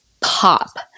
pop